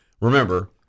remember